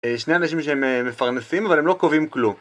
שני אנשים שהם מפרנסים, אבל הם לא קובעים כלום.